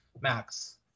Max